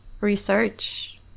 research